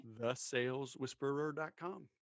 thesaleswhisperer.com